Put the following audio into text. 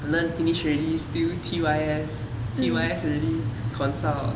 learn finish already still T_Y_S T_Y_S already consult